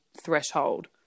threshold